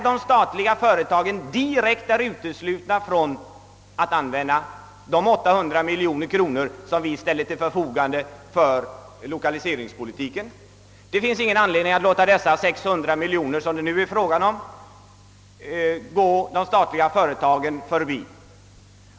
De statliga företagen är direkt uteslutna från användningen av de 800 miljoner kronor som ställs till förfogande för lokaliseringspolitik. Det finns ingen anledning att låta de 600 miljonerna i näringsfonden gå de statliga företagen förbi.